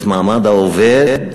את מעמד העובד,